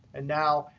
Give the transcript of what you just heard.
and now,